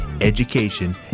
education